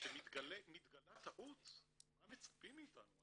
כשמתגלה טעות, מה מצפים מאתנו?